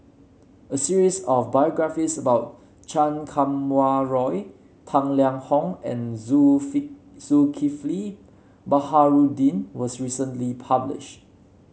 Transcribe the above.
a series of biographies about Chan Kum Wah Roy Tang Liang Hong and Zulkifli Baharudin was recently published